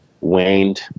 waned